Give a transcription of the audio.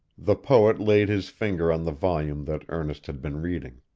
the poet laid his finger on the volume that ernest had been reading.